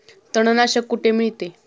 तणनाशक कुठे मिळते?